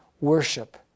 worship